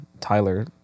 Tyler